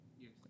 Yes